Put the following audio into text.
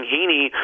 Heaney